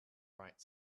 bright